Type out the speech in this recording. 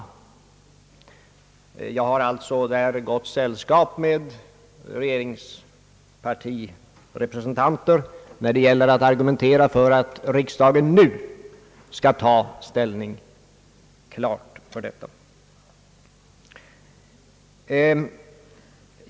Jag har alltså gott sällskap med representanter för regeringspartiet när jag argumenterar för att riksdagen nu skall klart ta ställning för detta.